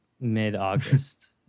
mid-august